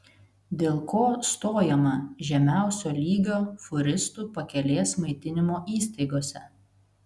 dėl ko stojama žemiausio lygio fūristų pakelės maitinimo įstaigose